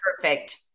Perfect